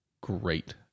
great